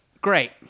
great